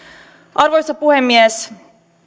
arvoisa puhemies